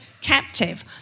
captive